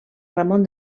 ramon